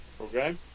Okay